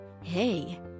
Hey